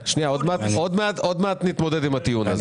עוד מעט נתמודד עם הטיעון הזה.